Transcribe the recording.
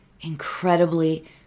incredibly